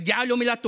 מגיעה לו מילה טובה,